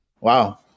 Wow